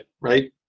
right